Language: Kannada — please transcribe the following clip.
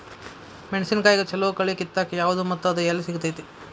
ಮೆಣಸಿನಕಾಯಿಗ ಛಲೋ ಕಳಿ ಕಿತ್ತಾಕ್ ಯಾವ್ದು ಮತ್ತ ಅದ ಎಲ್ಲಿ ಸಿಗ್ತೆತಿ?